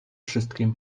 wszystkim